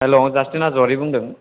hello Justin हाज'वारि बुंदों